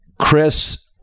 Chris